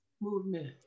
movement